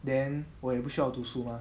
then 我也不需要读书吗